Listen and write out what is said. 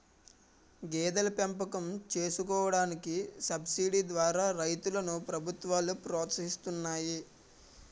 గేదెల పెంపకం చేసుకోడానికి సబసిడీ ద్వారా రైతులను ప్రభుత్వాలు ప్రోత్సహిస్తున్నాయి